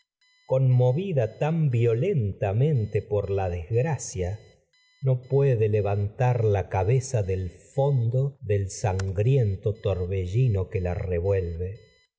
conmovida puede violenta la por la desgracia no levantar cabeza del fondo del sangriento torbellino se secan en que la revuelve